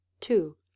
Two